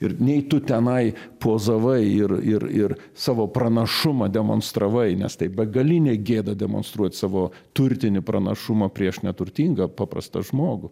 ir nei tu tenai pozavai ir ir ir savo pranašumą demonstravai nes tai begalinė gėda demonstruot savo turtinį pranašumą prieš neturtingą paprastą žmogų